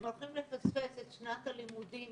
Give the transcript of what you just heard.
הם הולכים לפספס את שנת הלימודים